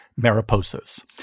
Mariposas